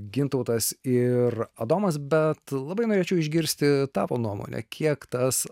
gintautas ir adomas bet labai norėčiau išgirsti tavo nuomonę kiek tas